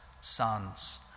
sons